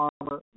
Armor